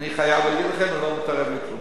אני חייב להגיד לכם: הוא לא מתערב בכלום,